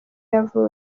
yavutse